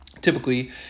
typically